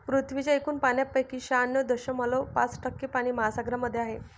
पृथ्वीच्या एकूण पाण्यापैकी शहाण्णव दशमलव पाच टक्के पाणी महासागरांमध्ये आहे